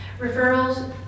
Referrals